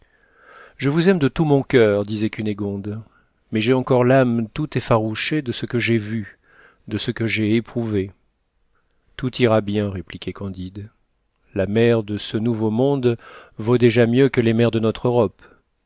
je vous aime de tout mon coeur disait cunégonde mais j'ai encore l'âme tout effarouchée de ce que j'ai vu de ce que j'ai éprouvé tout ira bien répliquait candide la mer de ce nouveau monde vaut déjà mieux que les mers de notre europe